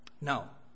Now